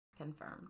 confirmed